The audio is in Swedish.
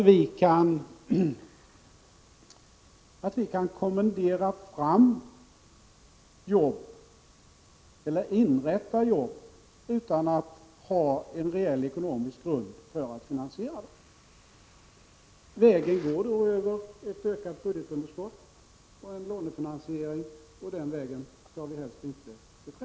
Vi kan inte kommendera fram eller inrätta jobb utan att ha en reell ekonomisk grund för att finansiera dem. Vägen går då över ett ökat budgetunderskott och en lånefinansiering, och den vägen skall vi helst inte beträda.